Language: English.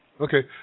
Okay